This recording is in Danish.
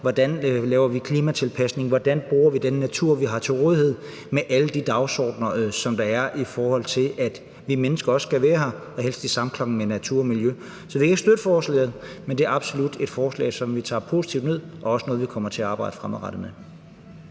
hvordan vi laver klimatilpasning, hvordan vi bruger den natur, vi har til rådighed, med alle de dagsordener, som der er, i forhold til at vi mennesker også skal være her og helst i samklang med natur og miljø. Så vi kan ikke støtte forslaget, men det er absolut et forslag, som vi tager positivt ned, og også noget, vi fremadrettet kommer til at arbejde med.